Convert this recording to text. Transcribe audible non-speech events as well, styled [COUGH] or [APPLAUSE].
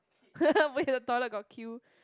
[LAUGHS] but in the toilet got queue